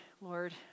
Lord